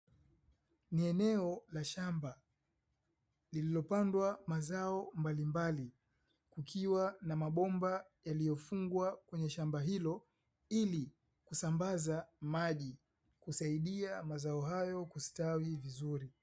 Ni eneo shamba lililopandwa mazao mbalimbali likiwa na mabomba yaliyofungwa kwenye shamba hilo ili kusambaza maji kusaidia mazao hayo kustawi vizuri